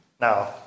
Now